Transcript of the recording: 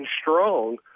strong